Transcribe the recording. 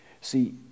See